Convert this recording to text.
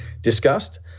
discussed